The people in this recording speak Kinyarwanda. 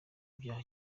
byaha